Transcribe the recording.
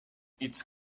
its